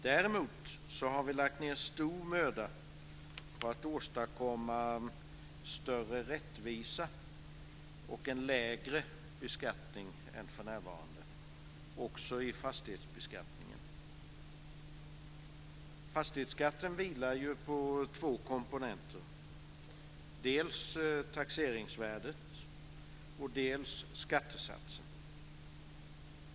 Däremot har vi lagt ned stor möda på att åstadkomma större rättvisa och en lägre beskattning än den som är för närvarande, också i fastighetsbeskattningen. Fastighetsskatten vilar på två komponenter, dels taxeringsvärdet, dels skattesatsen.